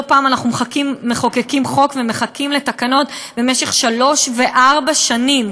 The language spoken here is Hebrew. לא פעם אנחנו מחוקקים חוק ומחכים לתקנות במשך שלוש וארבע שנים,